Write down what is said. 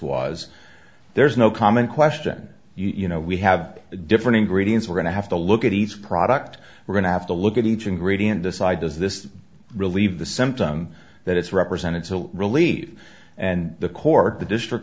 was there is no common question you know we have different ingredients we're going to have to look at each product we're going to have to look at each ingredient decide does this relieve the symptom that it's represented so relieved and the court the district